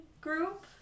group